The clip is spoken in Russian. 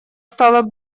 стало